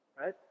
Right